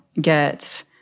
get